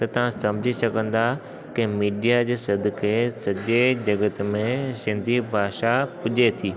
त तव्हां समुझी सघंदा की मीडिया जे सदिक़े सॼे जॻत में सिंधी भाषा पुॼे थी